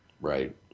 Right